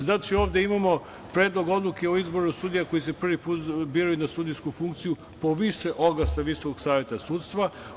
Znači, ovde imamo Predlog odluke sudija koji se prvi put biraju na sudijsku funkciju po više oglasa Visokog saveta sudstva.